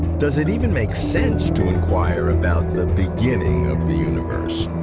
does it even make sense to inquire about the beginning of the universe?